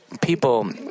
People